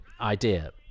idea